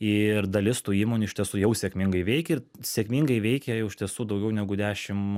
ir dalis tų įmonių iš tiesų jau sėkmingai veikia ir sėkmingai veikia jau iš tiesų daugiau negu dešimt